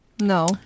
No